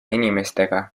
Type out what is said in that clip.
inimestega